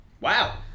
Wow